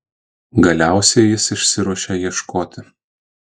galiausiai jis išsiruošia ieškoti